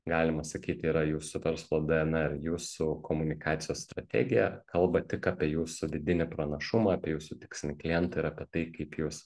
galima sakyti yra jūsų verslo dnr jūsų komunikacijos strategija kalbat tik apie jūsų vidinį pranašumą apie jūsų tikslinį klientą ir apie tai kaip jūs